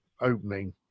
opening